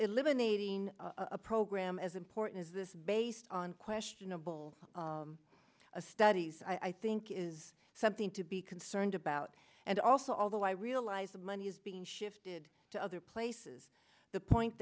eliminating a program as important as this based on questionable studies i think is something to be concerned about and also although i realize the money is being shifted to other places the point